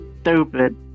stupid